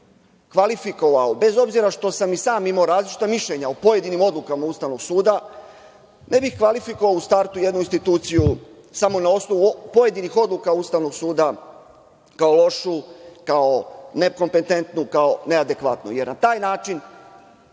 jedinstva. Bez obzira što sam i sam imao različita mišljenja o pojedinim odlukama Ustavnog suda, ne bih kvalifikovao u startu jednu instituciju, samo na osnovu pojedinih odluka Ustavnog suda, kao lošu, kao nekompetentnu, kao neadekvatnu, jer na taj način